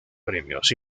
premios